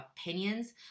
opinions